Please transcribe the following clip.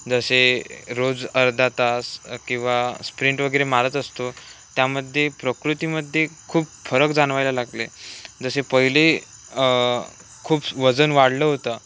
जसे रोज अर्धा तास किंवा स्प्रिंट वगैरे मारत असतो त्यामध्ये प्रकृतीमध्ये खूप फरक जाणवायला लागले जसे पहिले खूप वजन वाढलं होतं